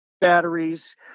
batteries